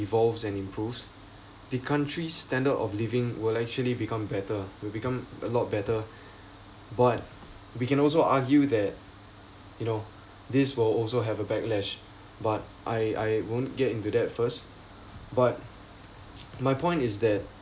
evolves and improves the country's standard of living will actually become better will become a lot better but we can also argue that you know this will also have a backlash but I I won't get into that first but my point is that